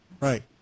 right